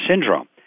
syndrome